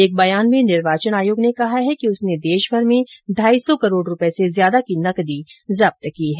एक बयान में निर्वाचन आयोग ने कहा है कि उस ने देशभर में ढाई सौ करोड़ रूपये से ज्यादा की नकदी जब्त की है